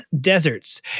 deserts